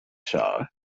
shower